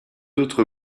autres